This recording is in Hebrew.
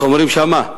איך אומרים שם?